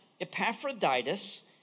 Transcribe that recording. Epaphroditus